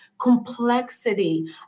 complexity